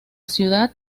ciudad